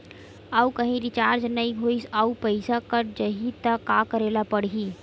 आऊ कहीं रिचार्ज नई होइस आऊ पईसा कत जहीं का करेला पढाही?